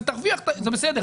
זה בסדר,